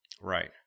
Right